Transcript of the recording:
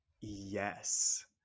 Yes